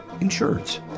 insurance